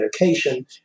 location